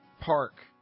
Park